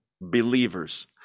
believers